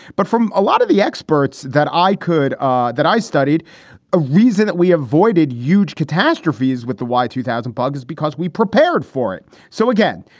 but from a lot of the experts that i could ah that i studied a reason that we avoided huge catastrophes with the why two thousand bugs? because we prepared for it. so, again,